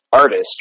artist